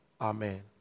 Amen